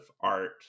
art